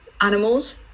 Animals